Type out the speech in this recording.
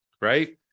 right